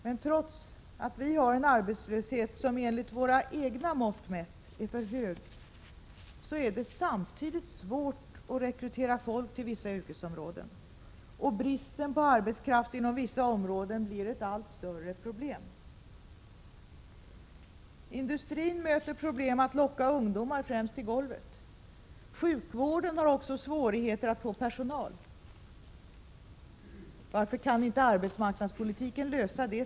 Men trots att vi har en arbetslöshet, som enligt våra egna mått mätt är för hög, är det samtidigt svårt att rekrytera folk till vissa yrkesområden, och bristen på arbetskraft inom vissa områden blir ett allt större problem. Industrin möter problem med att locka ungdomar främst till golvet. Sjukvården har också svårigheter att få personal. Varför kan inte arbetsmarknadspolitiken lösa det?